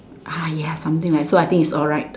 ah yeah something like so I think is alright